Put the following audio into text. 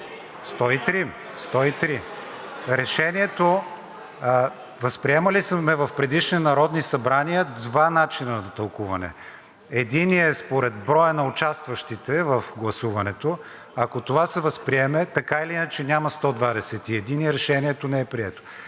103, ако не се лъжа. Възприемали сме в предишни народни събрания два начина на тълкуване. Единият е според броя на участващите в гласуването. Ако това се възприеме, така или иначе няма 121 и Решението не е прието.